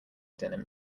denim